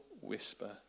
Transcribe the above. whisper